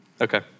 okay